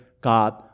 God